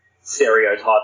stereotype